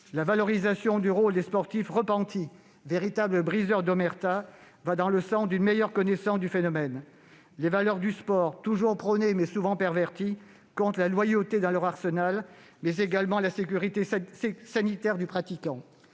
La valorisation du rôle des sportifs repentis, véritables briseurs d'omerta, va dans le sens d'une meilleure connaissance du phénomène du dopage. Les valeurs du sport, toujours prônées, mais souvent perverties, comptent la loyauté dans leur arsenal, mais également la sécurité sanitaire du pratiquant.